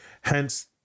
hence